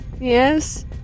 Yes